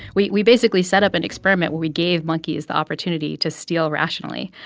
we we basically set up an experiment where we gave monkeys the opportunity to steal rationally.